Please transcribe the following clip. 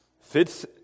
fits